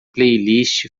playlist